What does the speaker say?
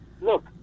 Look